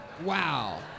Wow